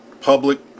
public